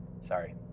Sorry